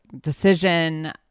decision